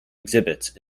exhibits